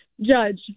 Judge